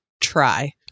try